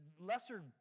lesser